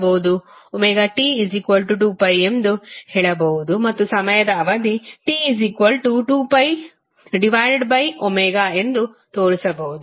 ನಾವು ωT2 ಎಂದು ಹೇಳಬಹುದು ಮತ್ತು ಸಮಯದ ಅವಧಿ T2ω ಎಂದು ತೋರಿಸಬಹುದು